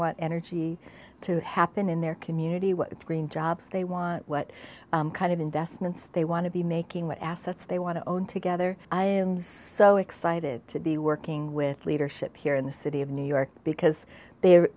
want energy to happen in their community what green jobs they want what kind of investments they want to be making what assets they want to own together i'm so excited to be working with leadership here in the city of new york because they're